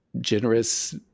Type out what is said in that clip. generous